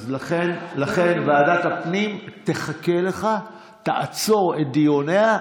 אז לכן ועדת הפנים תחכה לך, תעצור את דיוניה.